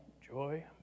joy